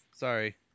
Sorry